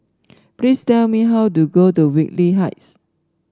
please tell me how to go to Whitley Heights